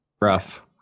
Rough